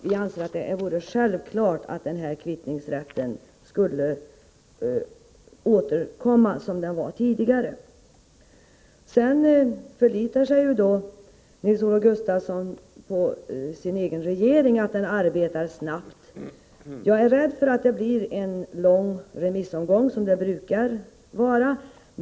Vi anser det självklart att denna kvittningsrätt skall återinföras i samma form som tidigare. Nils-Olof Gustafsson förlitar sig på att hans egen regering arbetar snabbt. Jag är rädd för att det blir en lång remissomgång, som det brukar bli.